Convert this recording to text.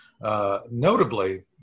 Notably